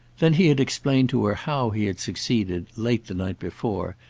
then he had explained to her how he had succeeded, late the night before,